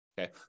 Okay